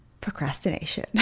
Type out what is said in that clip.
Procrastination